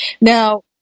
Now